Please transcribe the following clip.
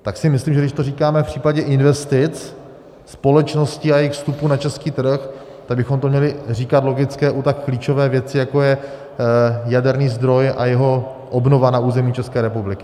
Tak si myslím, že když to říkáme v případě investic společností a jejich vstupu na český trh, tak bychom to měli říkat logicky u tak klíčové věci, jako je jaderný zdroj a jeho obnova na území České republiky.